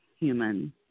human